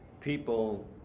people